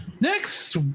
next